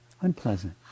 unpleasant